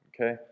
okay